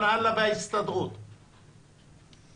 ההסתדרות וכן הלאה,